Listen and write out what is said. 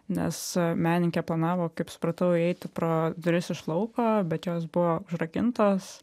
nes menininkė planavo kaip supratau eiti pro duris iš lauko bet jos buvo užrakintos